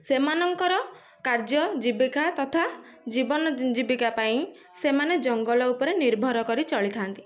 ସେମାନଙ୍କର କାର୍ଯ୍ୟ ଜୀବିକା ତଥା ଜୀବନ ଜୀବିକା ପାଇଁ ସେମାନେ ଜଙ୍ଗଲ ଉପରେ ନିର୍ଭର କରି ଚଳିଥାନ୍ତି